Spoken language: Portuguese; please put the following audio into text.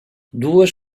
duas